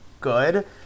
good